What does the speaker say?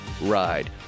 ride